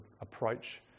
approach